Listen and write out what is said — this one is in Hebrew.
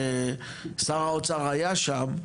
ששר האוצר היה שם,